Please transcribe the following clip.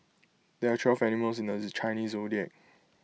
there are twelve animals in the Chinese Zodiac